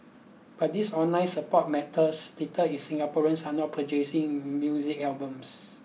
but this online support matters little is Singaporeans are not purchasing music albums